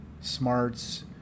smarts